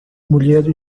mulher